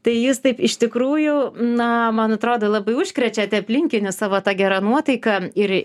tai jūs taip iš tikrųjų na man atrodo labai užkrečiate aplinkinius savo ta gera nuotaika ir